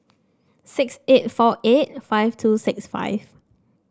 six eight four eight five two six five